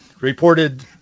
reported